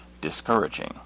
discouraging